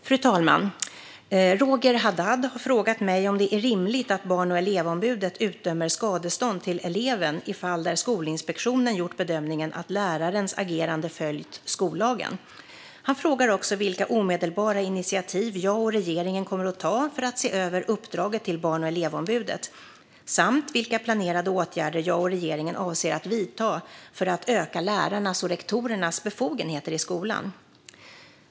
Fru talman! har frågat mig om det är rimligt att Barn och elevombudet utdömer skadestånd till eleven i fall där Skolinspektionen gjort bedömningen att lärarens agerande följt skollagen. Han frågar också vilka omedelbara initiativ jag och regeringen kommer att ta för att se över uppdraget till Barn och elevombudet samt vilka planerade åtgärder jag och regeringen avser att vidta för att öka lärarnas och rektorernas befogenheter i skolan.